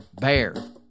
BEAR